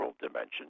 dimension